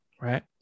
right